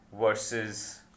versus